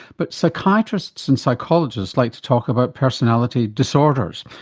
but psychiatrists and psychologists like to talk about personality disorders,